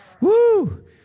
Woo